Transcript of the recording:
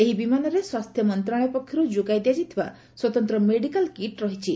ଏହି ବିମାନରେ ସ୍ୱାସ୍ଥ୍ୟ ମନ୍ତ୍ରଣାଳୟ ପକ୍ଷରୁ ଯୋଗାଇ ଦିଆଯାଇଥିବା ସ୍ୱତନ୍ତ ମେଡିକାଲ୍ କିଟ୍ ରହିଛି